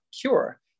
cure